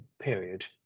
period